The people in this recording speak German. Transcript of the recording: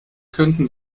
könnten